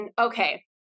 okay